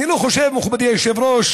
אני לא חושב, מכובדי היושב-ראש,